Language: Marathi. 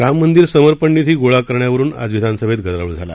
राम मंदिर समर्पण निधी गोळा करण्यावरुन आज विधानसभेत गदारोळ झाला